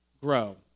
grow